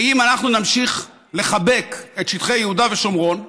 ואם אנחנו נמשיך לחבק את שטחי יהודה ושומרון,